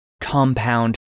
Compound